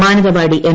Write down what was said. Mananthavady M